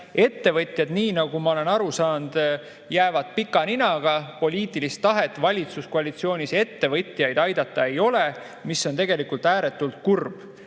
Ettevõtjad, nii nagu ma olen aru saanud, jäävad pika ninaga, poliitilist tahet valitsuskoalitsioonis ettevõtjaid aidata ei ole, mis on tegelikult ääretult kurb. Teine